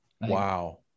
Wow